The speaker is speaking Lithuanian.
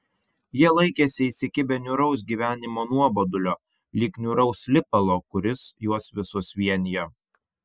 jie laikėsi įsikibę niūraus gyvenimo nuobodulio lyg niūraus lipalo kuris juos visus vienijo